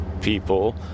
people